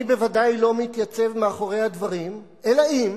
אני בוודאי לא מתייצב מאחורי הדברים אלא אם